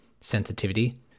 sensitivity